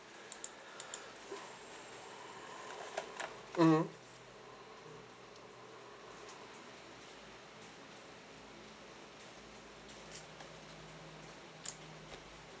mmhmm